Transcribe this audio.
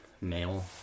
male